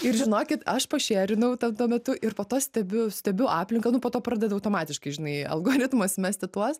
ir žinokit aš pašėrinau tą tuo metu ir po to stebiu stebiu aplinką nu po to pradeda automatiškai žinai algoritmas mesti tuos